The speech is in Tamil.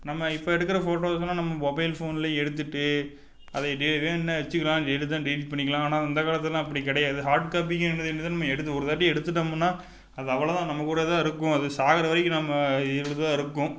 நம்ம இப்போ எடுக்கிற ஃபோட்டோஸெலாம் நம்ம மொபைல் ஃபோனிலே எடுத்துவிட்டு அதை டெ வேணுன்னால் வைச்சுக்கலாம் வேணான்னால் டெலிட் பண்ணிக்கலாம் ஆனால் அந்த காலத்துலெலாம் அப்படி கிடையாது ஹார்ட் காப்பிங்கிறது என்னது நம்ம எடுத்து ஒருதாட்டி எடுத்துவிட்டோம்னா அது அவ்வளோதான் நம்ம கூட தான் இருக்கும் அது சாகிற வரைக்கும் நம்ம இதில் தான் இருக்கும்